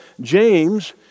James